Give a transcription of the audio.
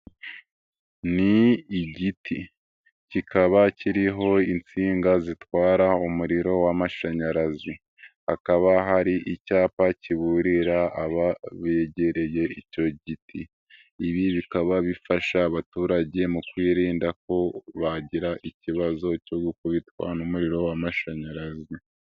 Ni igiti, kikaba kiriho insinga zitwara umuriro w'amashanyarazi, hakaba hari icyapa kiburira aba begereye icyo giti, ibi bikaba bifasha abaturage mu kwiyirinda ko bagira ikibazo cyo gukubitwa n'umuriro w'amashanyarazi.